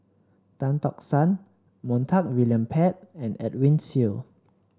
Tan Tock San Montague William Pett and Edwin Siew